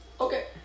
Okay